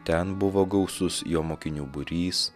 ten buvo gausus jo mokinių būrys